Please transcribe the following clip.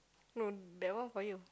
no that one for you